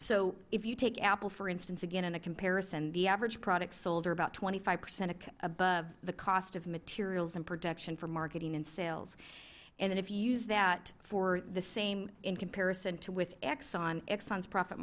so if you take apple for instance again in a comparison the average products sold are about twenty five percent above the cost of materials and production for marketing and sales and if you use that for the same in comparison to with exxon exxon's profit